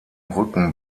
rücken